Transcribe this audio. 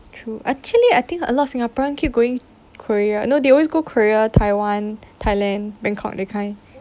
actually I think a lot of singaporean keep going korea no they always go korea taiwan thailand bangkok that kind